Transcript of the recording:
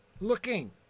Looking